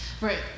Right